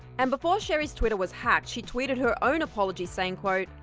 and before sheri's twitter was hacked she tweeted her own apology saying quote,